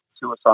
suicide